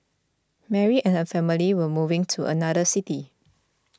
Mary and her family were moving to another city